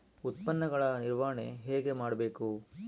ಉತ್ಪನ್ನಗಳ ನಿರ್ವಹಣೆ ಹೇಗೆ ಮಾಡಬೇಕು?